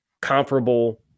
comparable –